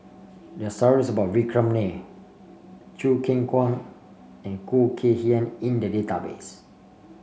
there are stories about Vikram Nair Choo Keng Kwang and Khoo Kay Hian in the database